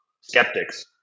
skeptics